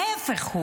ההפך,